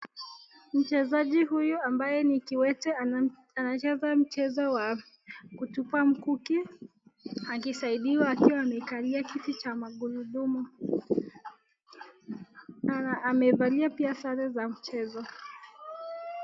Mchezaji huyu ambaye ni kiwete anacheza mchezo wa kutupa mkuki akisaidiwa akiwa amekalia kiti cha maghurudumu , amevalia pia sare za mchezo.